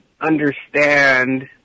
understand